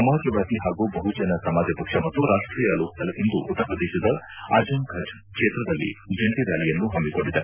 ಸಮಾಜವಾದಿ ಹಾಗೂ ಬಹುಜನ ಸಮಾಜ ಪಕ್ಷ ಮತ್ತು ರಾಷ್ಟೀಯ ಲೋಕದಳ್ ಇಂದು ಉತ್ತರಪ್ರದೇಶದ ಅಜಂ ಘದ ಕ್ಷೇತ್ರದಲ್ಲಿ ಜಂಟಿ ರ್ಯಾಲಿಯನ್ನು ಹಮ್ಮಿಕೊಂಡಿದೆ